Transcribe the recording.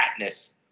ratness